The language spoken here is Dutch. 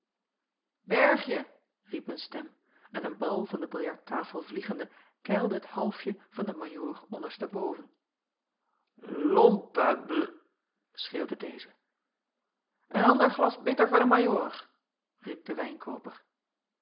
il ergje riep een stem en een bal van de biljarttafel vliegende keilde het halfje van den ajoor onderste boven ompe bl schreeuwde deze en ander glas bitter voor den ajoor riep de